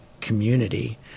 community